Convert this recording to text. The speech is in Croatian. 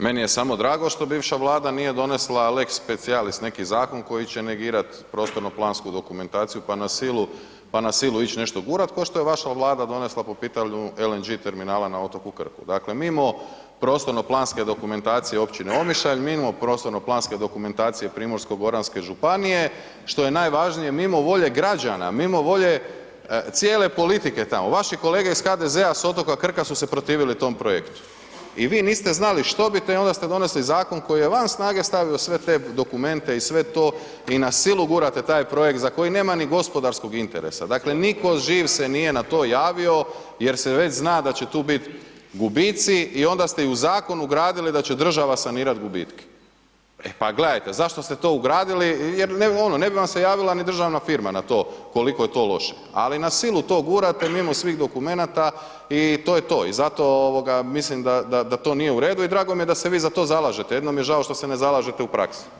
Meni je samo drago što bivša Vlada nije donijela lex specijalis neki zakon koji će negirat prostorno plansku dokumentaciju, pa na silu, pa na silu ić nešto gurat košto je vaša Vlada donesla po pitanju LNG terminala na otoku Krku, dakle mimo prostorno planske dokumentacije općine Omišalj, mimo prostorno planske dokumentacije Primorsko-goranske županije, što je najvažnije mimo volje građana, mimo volje cijele politike tamo, vaši kolege iz HDZ-a s otoka Krka su se protivili tom projektu i vi niste znali štobite i onda ste donesli zakon koji je van snage stavio sve te dokumente i sve to i na silu gurate taj projekt za kojeg nema ni gospodarskog interesa, dakle niko živ se nije na to javio jer se već zna da će tu bit gubici i onda ste i u zakon ugradili da će država sanirat gubitke, e pa gledajte, zašto ste to ugradili, jer ono ne bi vam se javila ni državna firma na to koliko je to loše, ali na silu to gurate mimo svih dokumenata i to je to i zato ovoga mislim da, da, da to nije u redu i drago mi je da se vi za to zalažete, jedino mi je žao što se ne zalažete u praksi.